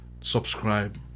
subscribe